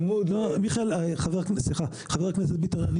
ח"כ ביטון,